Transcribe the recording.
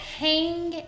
hang